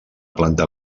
planta